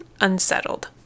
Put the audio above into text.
unsettled